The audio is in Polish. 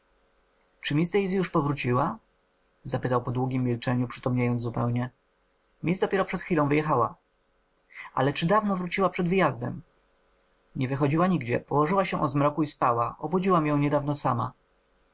czy miss daisy już powróciła zapytał po długiem milczeniu przytomniejąc zupełnie miss dopiero przed chwilą wyjechała ale czy dawno wróciła przed wyjazdem nie wychodziła nigdzie położyła się o zmroku i spała obudziłam ją niedawno sama